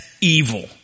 evil